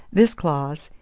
this clause,